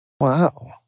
Wow